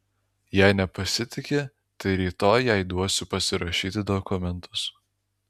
jei nepasitiki tai rytoj jai duosiu pasirašyti dokumentus